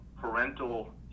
parental